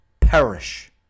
perish